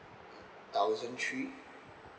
thousand three